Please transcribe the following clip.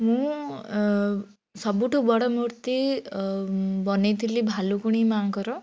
ମୁଁ ସବୁଠାରୁ ବଡ଼ ମୂର୍ତ୍ତି ବାନେଇଥିଲି ଭାଲୁକୁଣି ମାଆଙ୍କର